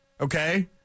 okay